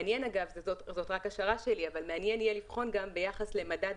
מעניין יהיה לבחון גם זו רק השערה שלי ביחס למדד